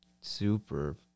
super